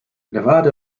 nevada